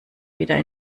wieder